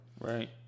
Right